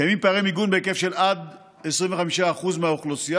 קיימים פערי מיגון בהיקף של עד 25% מהאוכלוסייה,